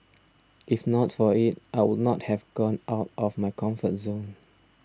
if not for it I would not have gone out of my comfort zone